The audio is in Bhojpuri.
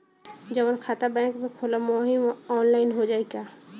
जवन खाता बैंक में खोलम वही आनलाइन हो जाई का?